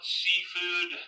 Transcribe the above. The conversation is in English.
seafood